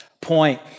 point